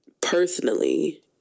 personally